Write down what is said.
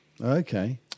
Okay